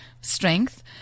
strength